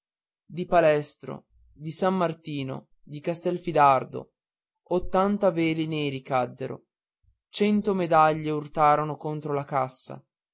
di palestro di san martino di castelfidardo ottanta veli neri caddero cento medaglie urtarono contro la cassa